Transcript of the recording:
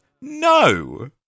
No